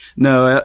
no.